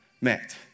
met